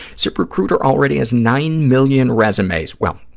ziprecruiter already has nine million resumes, well,